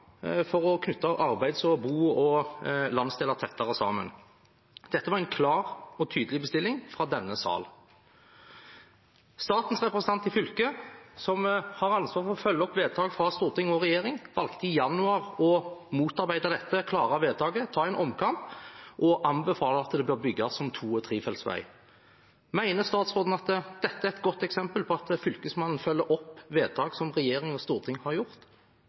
for å knytte arbeid, bosted og landsdeler tettere sammen. Dette var en klar og tydelig bestilling fra denne sal. Statens representant i fylket, som har ansvar for å følge opp vedtak fra storting og regjering, valgte i januar å motarbeide dette klare vedtaket, ta en omkamp og anbefale at veien burde bygges som to- og trefelts vei. Mener statsråden at dette er et godt eksempel på at Fylkesmannen følger opp vedtak som regjering og storting har